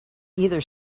either